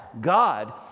God